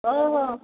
ଓହୋ